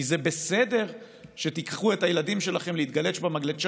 כי זה בסדר שתיקחו את הילדים שלכם להתגלש במגלשה